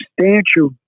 substantial